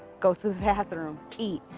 go to the bathroom, eat.